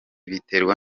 biterwa